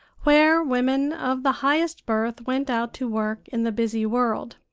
where women of the highest birth went out to work in the busy world.